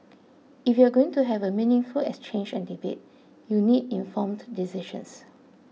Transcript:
if you're going to have a meaningful exchange and debate you need informed decisions